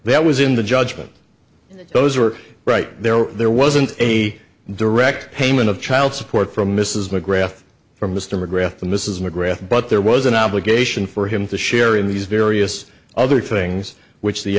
that was in the judgment those were right there there wasn't any direct payment of child support from mrs mcgrath for mr mcgrath the mrs mcgrath but there was an obligation for him to share in these various other things which the